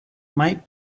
might